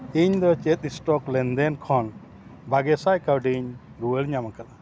ᱤᱧ ᱫᱚ ᱪᱮᱫ ᱥᱴᱚᱠ ᱞᱮᱱᱫᱮᱱ ᱠᱷᱚᱱ ᱵᱟᱜᱮ ᱥᱟᱭ ᱠᱟᱹᱣᱰᱤᱧ ᱨᱩᱭᱟᱹᱲ ᱧᱟᱢ ᱠᱟᱫᱟ